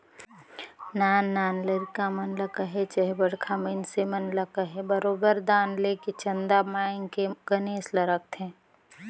नान नान लरिका मन ल कहे चहे बड़खा मइनसे मन ल कहे बरोबेर दान लेके चंदा मांएग के गनेस ल रखथें